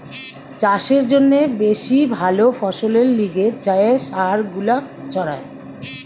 চাষের জন্যে বেশি ভালো ফসলের লিগে যে সার গুলা ছড়ায়